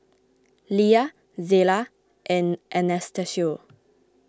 Lia Zela and Anastacio